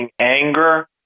anger